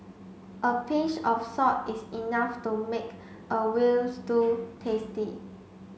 a pinch of salt is enough to make a veal stew tasty